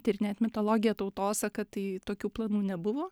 tyrinėt mitologiją tautosaką tai tokių planų nebuvo